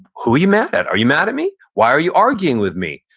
who are you mad at? are you mad at me? why are you arguing with me?